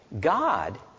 God